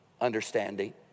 understanding